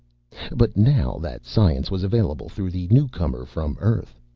but now that science was available through the newcomer from earth,